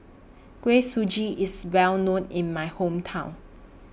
Kuih Suji IS Well known in My Hometown